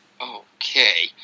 Okay